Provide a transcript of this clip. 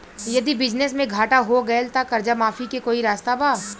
यदि बिजनेस मे घाटा हो गएल त कर्जा माफी के कोई रास्ता बा?